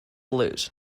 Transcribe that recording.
lose